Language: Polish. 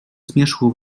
zmierzchu